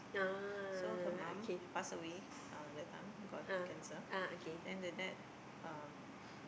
so her mom passed away uh that time got cancer then the dad um